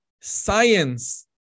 science